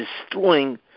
destroying